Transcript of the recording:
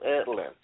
Atlanta